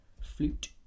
flute